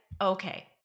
okay